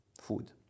food